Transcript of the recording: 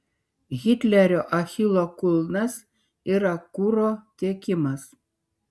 hitlerio achilo kulnas yra kuro tiekimas